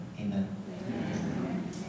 Amen